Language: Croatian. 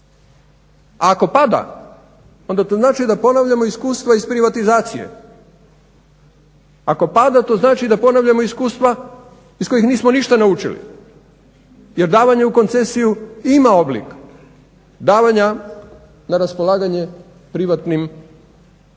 A ako pada onda to znači da ponavljamo iskustva iz privatizacije, ako pada to znači da ponavljamo iskustva iz kojih nismo ništa naučili jer davanje u koncesiju ima oblik davanja na raspolaganje privatnim, poslovni,